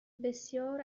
بسیار